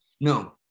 No